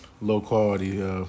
low-quality